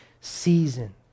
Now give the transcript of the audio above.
season